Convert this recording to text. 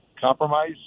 compromise